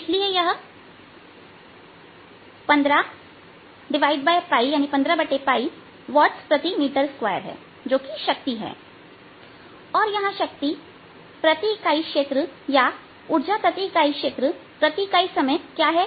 इसलिए यह 15𝝅 वाट्स प्रति मीटर2 हैजो की शक्ति है और यहां शक्ति प्रति इकाई क्षेत्र या ऊर्जा प्रति इकाई क्षेत्र प्रति इकाई समय क्या है